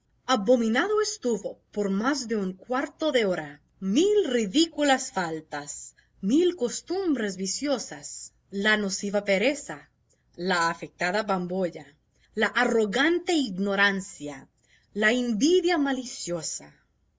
memoria abominando estuvo por más de un cuarto de hora mil ridículas faltas mil costumbres viciosas la nociva pereza la afectada bambolla la arrogante ignorancia la envidia maliciosa